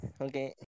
Okay